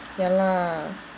ya lah